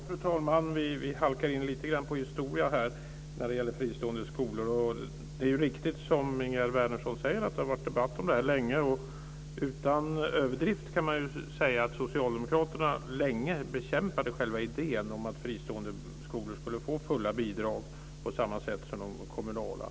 Fru talman! Vi halkar in lite grann på historia här när det gäller fristående skolor. Det är riktigt som Ingegerd Wärnersson säger: Det har varit debatt om det här länge. Utan överdrift kan man säga att socialdemokraterna länge bekämpade själva idén om att fristående skolor skulle få fulla bidrag på samma sätt som de kommunala.